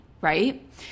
right